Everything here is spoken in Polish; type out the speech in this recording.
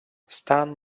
stan